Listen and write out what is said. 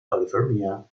california